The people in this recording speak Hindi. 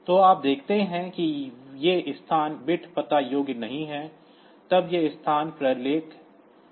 तो आप देखते हैं कि ये स्थान बिट पता योग्य नहीं हैं तब यह स्थान प्रलेखित नहीं है